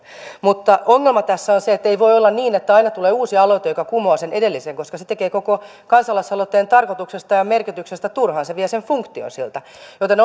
mutta ongelma tässä on se että ei voi olla niin että aina tulee uusi aloite joka kumoaa sen edellisen koska se tekee koko kansalaisaloitteen tarkoituksesta ja merkityksestä turhan se vie sen funktion siltä joten